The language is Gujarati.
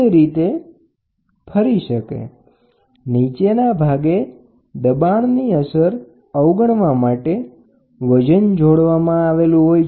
રીંગના નીચેના ભાગે દબાણની અસર અવગણવા માટે વજન જોડાયેલું હોય છે